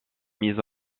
mise